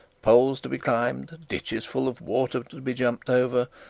poles to be climbed, ditches full of water to be jumped over,